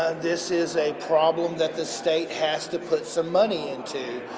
ah this is a problem that the state has to put some money into.